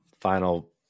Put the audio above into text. final